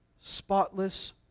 Spotless